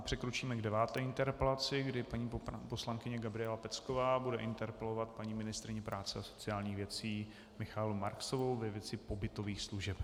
Přikročíme k deváté interpelaci, kdy paní poslankyně Gabriela Pecková bude interpelovat paní ministryni práce a sociálních věcí Michaelu Marksovou ve věci pobytových služeb.